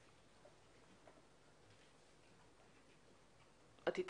את אתנו?